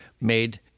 made